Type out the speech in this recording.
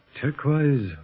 Turquoise